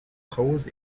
rose